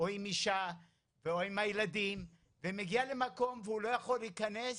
עם אישה או עם הילדים ומגיע למקום והוא לא יכול להיכנס,